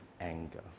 anger